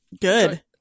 Good